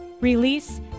release